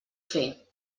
fer